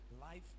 Life